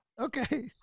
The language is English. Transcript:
Okay